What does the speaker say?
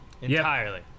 entirely